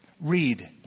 Read